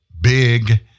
big